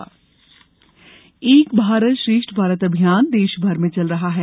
एक भारत श्रेष्ठ भारत एक भारत श्रेष्ठ भारत अभियान देश भर में चल रहा है